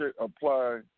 apply